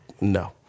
No